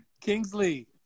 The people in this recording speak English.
Kingsley